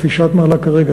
כפי שאת מעלה כרגע,